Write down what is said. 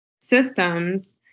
systems